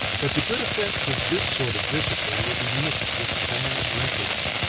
but the good effects of this sort of discipline will be mixed with sad wreckage.